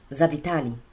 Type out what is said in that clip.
zawitali